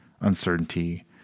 uncertainty